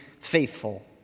faithful